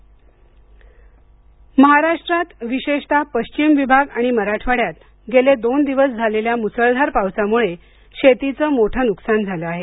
पाऊस महाराष्ट्रात विशेषतः पश्चिम विभाग आणि मराठवाड्यात गेले दोन दिवस झालेल्या मुसळधार पावसामुळे शेतीचं मोठं नुकसान झालं आहे